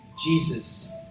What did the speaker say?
Jesus